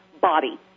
body